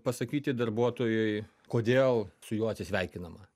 pasakyti darbuotojui kodėl su juo atsisveikinama